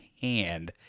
hand